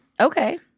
okay